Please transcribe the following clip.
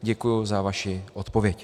Děkuji za vaši odpověď.